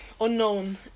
Unknown